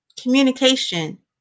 Communication